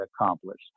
accomplished